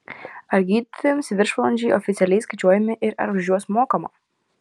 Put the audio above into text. ar gydytojams viršvalandžiai oficialiai skaičiuojami ir ar už juos mokama